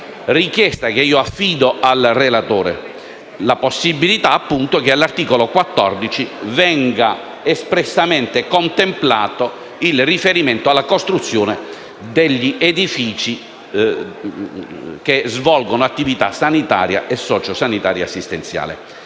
richiesta che affido al relatore: la possibilità che all'articolo 14 venga espressamente contemplato il riferimento alla costruzione degli edifici che svolgono attività sanitaria e sociosanitaria-assistenziale.